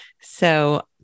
So-